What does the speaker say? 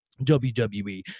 WWE